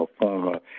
former